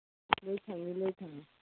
ꯂꯣꯏ ꯐꯪꯅꯤ ꯂꯣꯏ ꯐꯪꯅꯤ